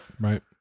Right